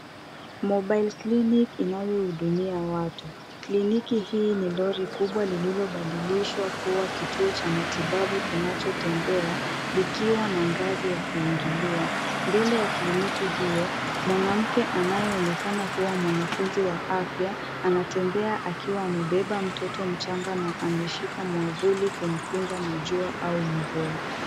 Mobile Clinic .Kliniki hii ni lori kubwa lililobadilishwa kuwa kituo cha matibabu kinachotembea ikiwa na ngazi ya kuingia. Mbele ya kliniki hiyo mwanamke anayeonekana kuwa mwanafunzi wa afya anatembea akiwa amebeba mtoto kumkinga na jua au mvua.